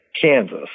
Kansas